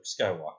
Skywalker